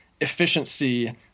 efficiency